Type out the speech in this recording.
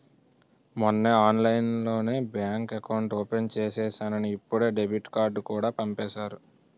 మొన్నే ఆన్లైన్లోనే bank account open చేసేసానని ఇప్పుడే డెబిట్ కార్డుకూడా పంపేసారు